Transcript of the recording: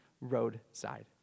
roadside